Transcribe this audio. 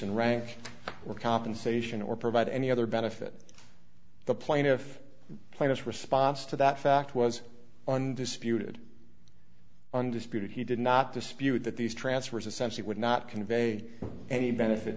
in rank or compensation or provide any other benefit the plaintiff plaintiff's response to that fact was undisputed undisputed he did not dispute that these transfers essentially would not convey any benefit